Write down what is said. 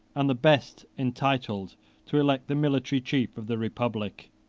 and the best entitled to elect the military chief of the republic.